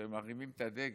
שמרימים את הדגל.